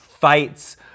fights